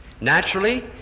Naturally